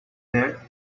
there